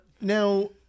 Now